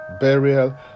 burial